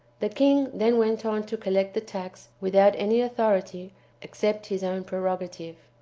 the king then went on to collect the tax without any authority except his own prerogative.